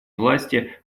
власти